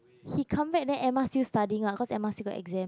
he come back then Emma still studying lah because Emma still got exam